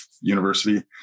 university